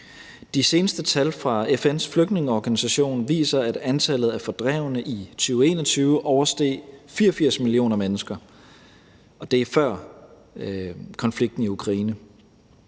De seneste tal fra FN's flygtningeorganisation viser, at antallet af fordrevne i 2021 oversteg 84 millioner mennesker, og det er før konflikten i Ukraine.